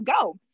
go